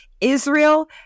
Israel